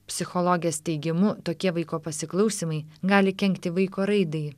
psichologės teigimu tokie vaiko pasiklausymai gali kenkti vaiko raidai